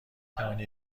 توانی